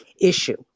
issue